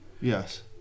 Yes